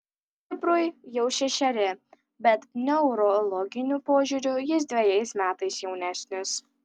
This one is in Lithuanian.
kiprui jau šešeri bet neurologiniu požiūriu jis dvejais metais jaunesnis